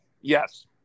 Yes